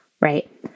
right